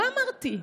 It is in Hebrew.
מה אמרתי?